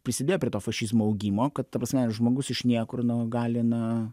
prisidėjo prie to fašizmo augimo kad ta prasme žmogus iš niekur nu gali na